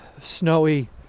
snowy